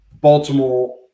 Baltimore